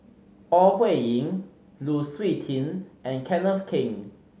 Ore Huiying Lu Suitin and Kenneth Keng